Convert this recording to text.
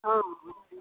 हँ हँ